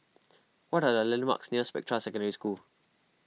what are the landmarks near Spectra Secondary School